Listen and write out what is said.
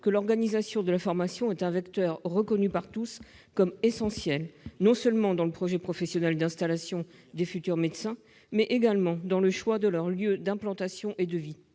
que l'organisation de la formation est un vecteur reconnu par tous comme essentiel, non seulement dans le projet professionnel d'installation des futurs médecins, mais également dans le choix de leur lieu d'implantation et de vie.